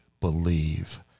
believe